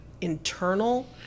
internal